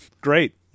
Great